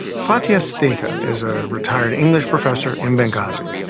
fathiya steita is a retired english professor in benghazi.